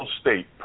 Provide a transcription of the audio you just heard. state